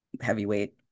heavyweight